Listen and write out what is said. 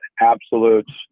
absolutes